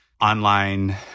online